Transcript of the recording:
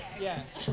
Yes